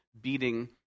beating